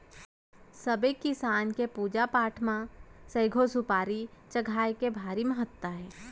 सबे किसम के पूजा पाठ म सइघो सुपारी चघाए के भारी महत्ता हे